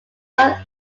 north